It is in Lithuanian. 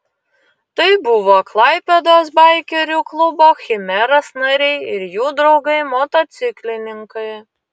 tai buvo klaipėdos baikerių klubo chimeras nariai ir jų draugai motociklininkai